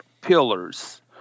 pillars